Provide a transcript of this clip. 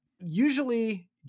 usually